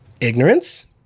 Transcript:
Ignorance